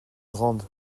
grandes